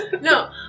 No